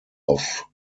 off